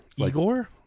Igor